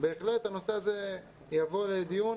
בהחלט הנושא הזה יבוא לדיון.